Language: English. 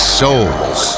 souls